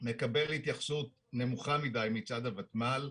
מקבל התייחסות נמוכה מדי מצד הוותמ"ל.